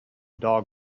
dog